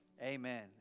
amen